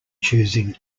choosing